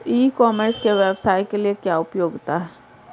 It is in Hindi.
ई कॉमर्स के व्यवसाय के लिए क्या उपयोगिता है?